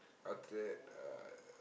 after that uh